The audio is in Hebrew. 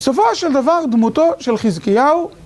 סופו של דבר דמותו של חזקיהו